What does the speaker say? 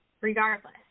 regardless